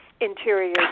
interior